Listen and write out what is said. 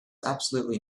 absolutely